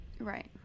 Right